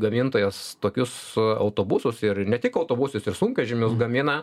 gamintojos tokius autobusus ir ne tik autobusus ir sunkvežimius gamina